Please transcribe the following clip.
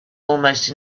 almost